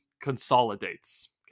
consolidates